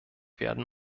werden